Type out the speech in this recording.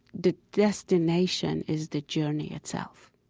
the destination is the journey itself.